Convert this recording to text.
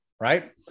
right